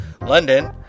London